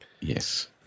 yes